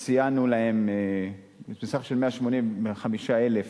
סייענו להם בסכום של 185,000